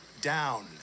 down